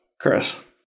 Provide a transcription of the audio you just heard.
Chris